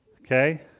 Okay